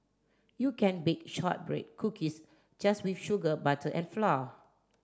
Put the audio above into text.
you can bake shortbread cookies just with sugar butter and flour